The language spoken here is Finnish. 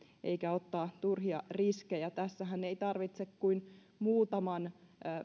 eikä ottaa turhia riskejä tässähän ei tarvitse kuin muutaman